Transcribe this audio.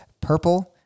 purple